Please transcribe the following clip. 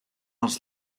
als